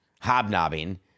hobnobbing